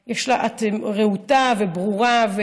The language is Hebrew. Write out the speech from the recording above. את רהוטה וברורה.